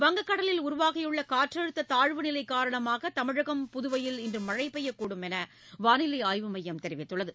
வங்கக் கடலில் உருவாகியுள்ள காற்றழுத்த தாழ்வுநிலை காரணமாக தமிழகம் புதுவையில் இன்று மழை பெய்யக்கூடும் என வானிலை ஆய்வுமையம் தெரிவித்துள்ளது